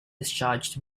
discharged